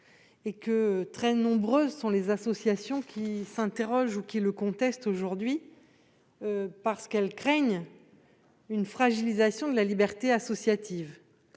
Très nombreuses sont les associations qui s'interrogent ou qui contestent ce contrat, parce qu'elles craignent une fragilisation de la liberté associative.